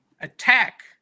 attack